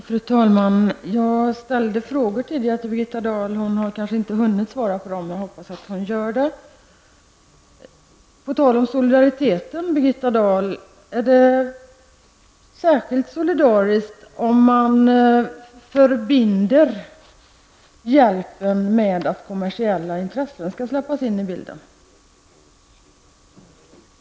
Fru talman! Jag ställde frågor tidigare till Birgitta Dahl. Hon har kanske inte hunnit svara på dem ännu, men jag hoppas att hon gör det. På tal om solidaritet, Birgitta Dahl, är det särskilt solidariskt att förbinda hjälpen med att släppa in kommersiella intressen i bilden?